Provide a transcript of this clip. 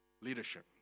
leadership